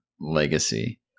Legacy